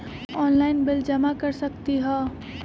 Online bill जमा कर सकती ह?